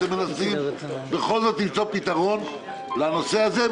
האם אתם מנסים בכל זאת למצוא פתרון לנושא הזה?